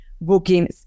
booking